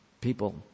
people